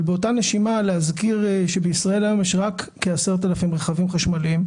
אבל באותה נשימה להזכיר שבישראל היום יש רק כ-10,000 רכבים חשמליים.